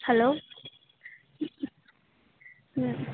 hello ಹ್ಞೂ